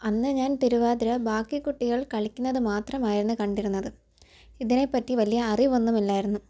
അന്ന് ഞാൻ തിരുവാതിര ബാക്കി കുട്ടികൾ കളിക്കുന്നത് മാത്രമായിരുന്ന് കണ്ടിരുന്നത് ഇതിനെ പറ്റി വലിയ അറിവൊന്നും ഇല്ലായിരുന്നു